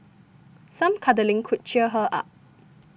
some cuddling could cheer her up